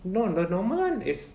no the normal one is